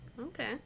Okay